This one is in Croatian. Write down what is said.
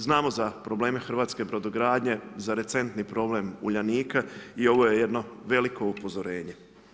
Znamo za probleme hrvatske brodogradnje, za recentni problem Uljanika i ovo je jedno veliko upozorenje.